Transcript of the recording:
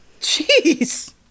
Jeez